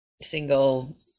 single